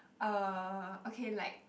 uh okay like